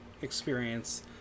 experience